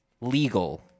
legal